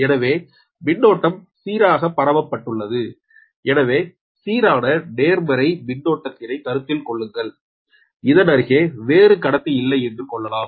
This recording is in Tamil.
எனவே மின்னோட்டம் சீராக பரவப்பட்டுள்ளது எனவே சீரான நேர்மறை மின்னோட்டதினை கருத்தில் கொள்ளுங்கள் இதனருகே வேறு கடத்தி இல்லை என்று கொள்ளலாம்